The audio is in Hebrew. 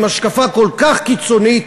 עם השקפה כל כך קיצונית,